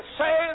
say